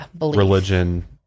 religion